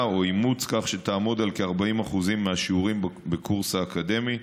או אימוץ כך שתעמוד על כ-40% מהשיעורים בקורס אקדמי,